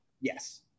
Yes